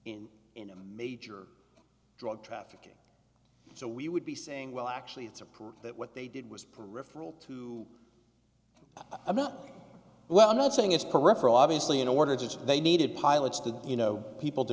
in in a major drug trafficking so we would be saying well actually it's a proof that what they did was peripheral to i'm not well i'm not saying it's peripheral obviously in order to they needed pilots to you know people to